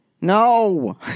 No